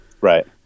Right